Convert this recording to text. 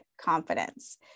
confidence